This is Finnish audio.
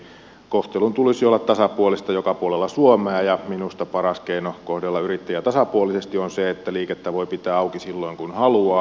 kohtelun tulisi olla tasapuolista joka puolella suomea ja minusta paras keino kohdella yrittäjiä tasapuolisesti on se että liikettä voi pitää auki silloin kun haluaa